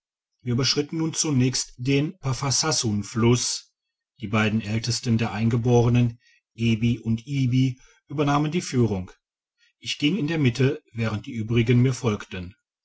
wir überschritten nun zunächst den paffasassun fluss die beiden ältesten der eingeborenen ebi und ibi übernahmen die führung ich ging in der mitte während die übrigen mir folgten